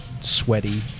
sweaty